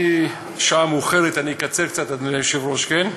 השעה מאוחרת, אני אקצר קצת, אדוני היושב-ראש, כן?